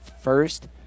first